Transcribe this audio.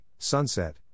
Sunset